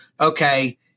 okay